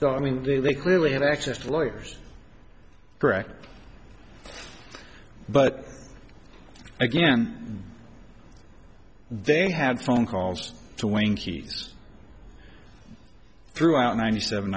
so i mean they clearly had access to lawyers correct but again they had phone calls to winkies throughout ninety seven